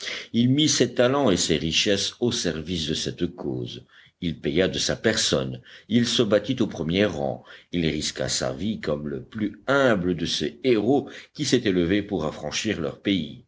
il mit ses talents et ses richesses au service de cette cause il paya de sa personne il se battit au premier rang il risqua sa vie comme le plus humble de ces héros qui s'étaient levés pour affranchir leur pays